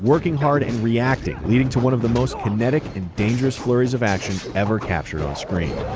working hard and reacting, leading to one of the most kinetic and dangerous flurries of action ever captured on screen.